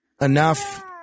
enough